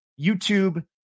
YouTube